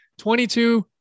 22